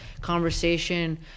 conversation